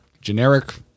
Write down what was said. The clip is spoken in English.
generic